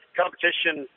competition